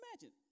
imagine